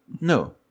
No